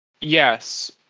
Yes